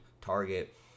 target